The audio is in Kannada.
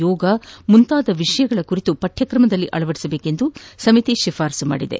ಯೋಗ ಮುಂತಾದ ವಿಷಯಗಳ ಕುರಿತು ಪಠ್ಮಕ್ರಮದಲ್ಲಿ ಅಳವಡಿಸಬೇಕು ಎಂದು ಸಮಿತಿ ಶಿಫಾರಸು ಮಾಡಿದೆ